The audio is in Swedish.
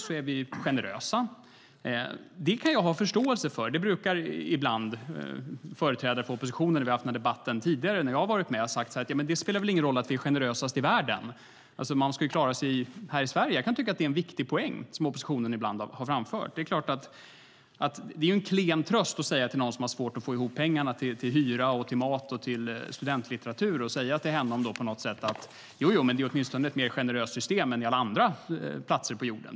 När vi har haft den här debatten tidigare där jag har varit med har företrädare för oppositionen sagt: Det spelar väl ingen roll att vi är mest generösa i världen - man ska ju klara sig här i Sverige. Det kan jag ha förståelse för. Jag kan tycka att det är en viktig poäng som oppositionen ibland har framfört. Det är ju en klen tröst att säga till någon som har svårt att få ihop pengarna till hyra, till mat och till studentlitteratur att det åtminstone är ett mer generöst system än på alla andra platser på jorden.